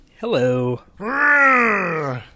Hello